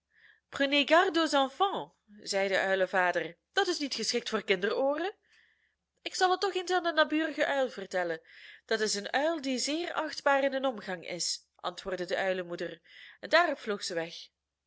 zei de uilenvader dat is niet geschikt voor kinderooren ik zal het toch eens aan den naburigen uil vertellen dat is een uil die zeer achtbaar in den omgang is antwoordde de uilenmoeder en daarop vloog zij weg